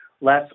less